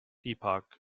epoch